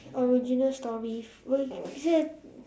original story well you say